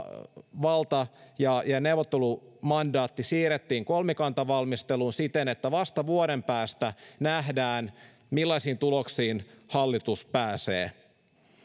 valta ja ja neuvottelumandaatti siirrettiin kolmikantavalmisteluun siten että vasta vuoden päästä nähdään millaisiin tuloksiin hallitus pääsee